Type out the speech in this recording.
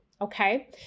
Okay